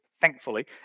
thankfully